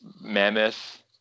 mammoth